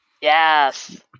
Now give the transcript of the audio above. Yes